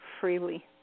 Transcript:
freely